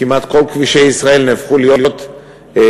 כמעט כל כבישי ישראל נהפכו להיות אתרים